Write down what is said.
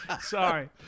Sorry